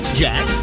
jack